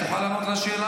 את יכולה לענות על השאלה?